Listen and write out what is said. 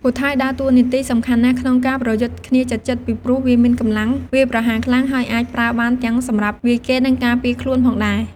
ពូថៅដើរតួនាទីសំខាន់ណាស់ក្នុងការប្រយុទ្ធគ្នាជិតៗ ពីព្រោះវាមានកម្លាំងវាយប្រហារខ្លាំង ហើយអាចប្រើបានទាំងសម្រាប់វាយគេ និងការពារខ្លួនផងដែរ។